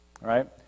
Right